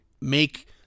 make